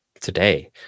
today